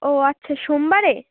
ও আচ্ছা সোমবারে